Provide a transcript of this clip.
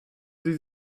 sie